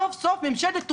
סוף סוף ממשלת אוקראינה,